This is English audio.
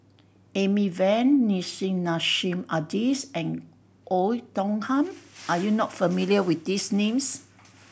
Amy Van Nissim Nassim Adis and Oei Tiong Ham are you not familiar with these names